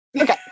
okay